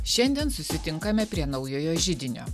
šiandien susitinkame prie naujojo židinio